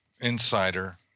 insider